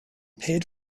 paid